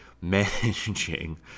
managing